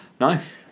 Nice